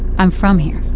i'm from here.